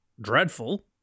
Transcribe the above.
dreadful